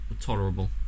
tolerable